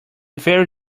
very